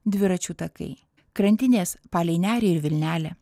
dviračių takai krantinės palei nerį ir vilnelę